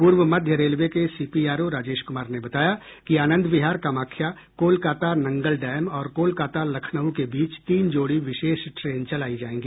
पूर्व मध्य रेलवे के सीपीआरओ राजेश कुमार ने बताया कि आनंद विहार कामख्या कोलकाता नंगलडैम और कोलकाता लखनऊ के बीच तीन जोड़ी विशेष ट्रेन चलायी जायेंगी